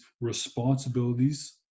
responsibilities